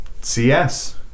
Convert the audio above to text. CS